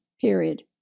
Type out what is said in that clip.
period